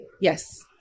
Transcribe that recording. Yes